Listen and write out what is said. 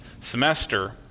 semester